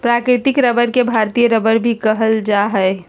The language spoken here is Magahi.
प्राकृतिक रबर के भारतीय रबर भी कहल जा हइ